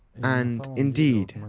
and, indeed,